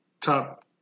top